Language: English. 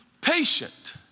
patient